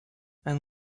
and